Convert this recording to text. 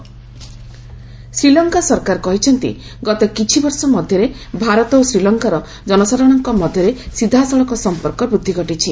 India Sri Lanka Sri Lanka ସରକାର କହିଛନ୍ତି ଗତ କିଛିବର୍ଷ ମଧ୍ୟରେ ଭାରତ ଓ ଶ୍ରୀଲଙ୍କାର ଜନସାଧାରଣଙ୍କ ମଧ୍ୟରେ ସିଧାସଳଖ ସମ୍ପର୍କ ବୃଦ୍ଧି ଘଟିଛି